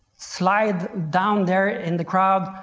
slide down there in the crowd,